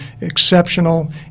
exceptional